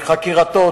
בחקירתו